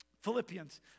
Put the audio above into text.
Philippians